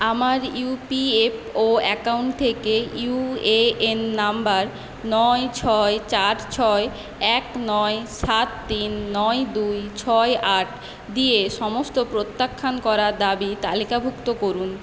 আমার EPFO account থেকে UAN number নয় ছয় চার ছয় এক নয় সাত তিন নয় দুই ছয় আট দিয়ে সমস্ত প্রত্যাখ্যান করা দাবি তালিকাভুক্ত করুন